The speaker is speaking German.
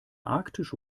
arktische